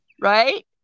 right